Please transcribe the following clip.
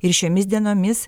ir šiomis dienomis